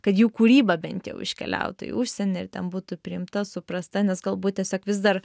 kad jų kūryba bent jau iškeliautų į užsienį ir ten būtų priimta suprasta nes galbūt tiesiog vis dar